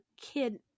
kid